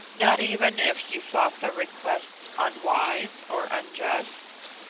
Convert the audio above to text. not even if you thought the requests unwise or unjust?